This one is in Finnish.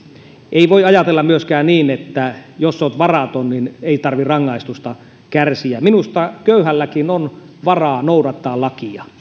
ei voi ajatella myöskään niin että jos on varaton ei tarvitse rangaistusta kärsiä minusta köyhälläkin on varaa noudattaa lakia